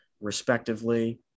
respectively